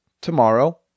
tomorrow